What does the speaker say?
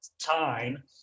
time